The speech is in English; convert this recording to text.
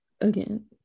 again